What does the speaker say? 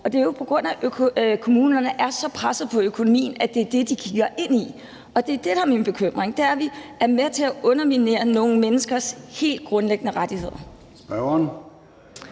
Og det er jo på grund af, at kommunerne er så pressede på økonomien, at det er det, de kigger ind i, og det er det, der er min bekymring, altså at vi er med til at underminere nogle menneskers helt grundlæggende rettigheder.